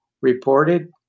reported